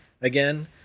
again